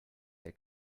der